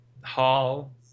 Hall